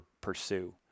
pursue